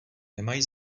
nemají